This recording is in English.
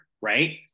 right